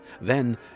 Then